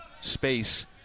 space